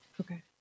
Okay